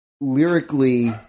lyrically